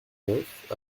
neuf